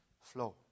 flow